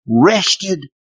rested